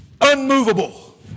unmovable